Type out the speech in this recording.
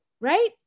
right